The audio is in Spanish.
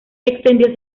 extendió